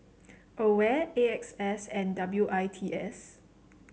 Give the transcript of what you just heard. Aware A X S and W I T S